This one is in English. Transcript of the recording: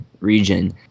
region